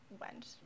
went